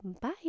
Bye